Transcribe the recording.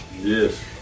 Yes